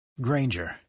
Granger